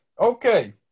Okay